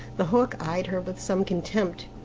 the hawk eyed her with some contempt.